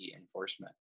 enforcement